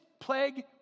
plague